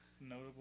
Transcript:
Notable